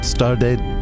Stardate